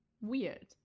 Weird